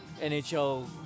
nhl